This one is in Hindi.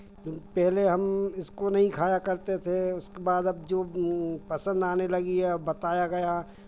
पहले हम इसको नहीं खाया करते थे उसके बाद अब जो पसंद आने लगी है और बताया गया